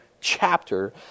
chapter